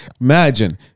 imagine